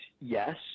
Yes